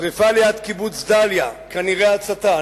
שרפה ליד קיבוץ דליה, כנראה הצתה.